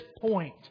point